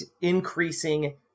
increasing